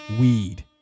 weed